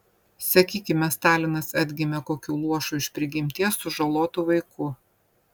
sakykime stalinas atgimė kokiu luošu iš prigimties sužalotu vaiku